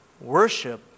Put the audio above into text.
Worship